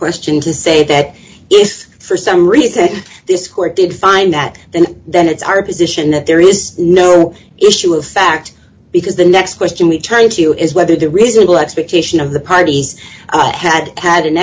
question to say that if for some reason this court did find that then then it's our position that there is no issue of fact because the next question we turn to is whether the reasonable expectation of the parties had had an